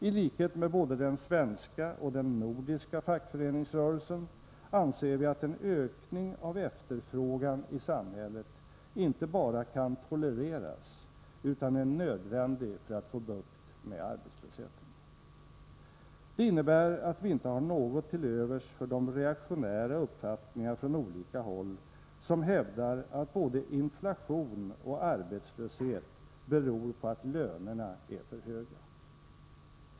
I likhet med både den svenska och den nordiska fackföreningsrörelsen anser vi att en ökning av efterfrågan i samhället inte bara kan tolereras, utan är nödvändig för att få bukt med arbetslösheten. Det innebär att vi inte har något till övers för de reaktionära uppfattningar från olika håll som hävdar att både inflation och arbetslöshet beror på att lönerna är för höga.